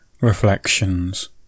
reflections